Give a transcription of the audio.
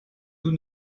tous